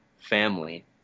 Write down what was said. family